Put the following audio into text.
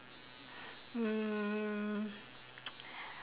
mm